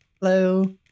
Hello